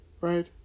Right